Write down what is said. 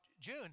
June